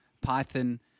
Python